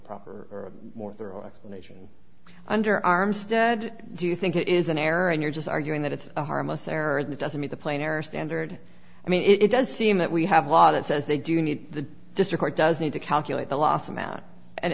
proper or more thorough explanation under armstead do you think it is an error and you're just arguing that it's a harmless error that doesn't meet the plane or standard i mean it does seem that we have law that says they do need the district does need to calculate the loss amount and